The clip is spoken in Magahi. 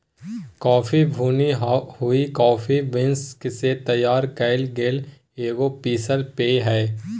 कॉफ़ी भुनी हुई कॉफ़ी बीन्स से तैयार कइल गेल एगो पीसल पेय हइ